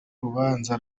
rubanza